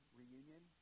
reunion